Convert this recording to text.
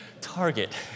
Target